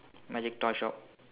magic toy shop